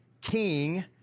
king